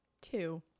Two